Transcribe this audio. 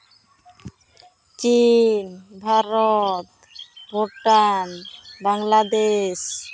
ᱪᱤᱱ ᱵᱷᱟᱨᱚᱛ ᱵᱷᱩᱴᱟᱱ ᱵᱟᱝᱞᱟᱫᱮᱥ